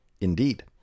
Indeed